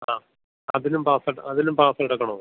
ആ അതിലും പാസ് അതിലും പാസ് എടുക്കണോ